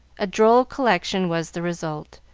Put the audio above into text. a droll collection was the result,